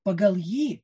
pagal jį